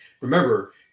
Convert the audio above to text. Remember